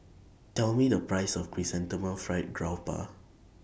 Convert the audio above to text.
Tell Me The Price of Chrysanthemum Fried Garoupa